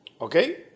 Okay